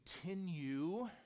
Continue